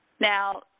Now